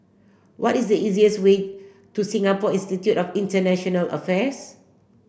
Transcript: what is the easiest way to Singapore Institute of International Affairs